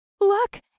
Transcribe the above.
Look